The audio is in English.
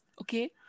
Okay